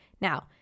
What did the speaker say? Now